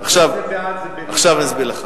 מי שבעד זה, עכשיו אני אסביר לך.